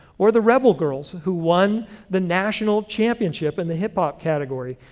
or the rebel girls, who won the national championship in the hip hop category.